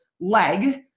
leg